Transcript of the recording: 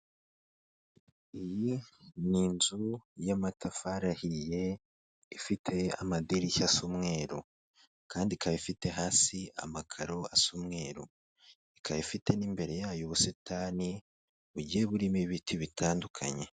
Iyi ni inzu y'amatafari ahiye, ifite amadirishya asa umweru kandi ikaba ifite hasi amakaro asa umweruru, ikaba ifite n'imbere yayo ubusitani bugiye burimo ibiti bitandukanye.